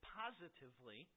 positively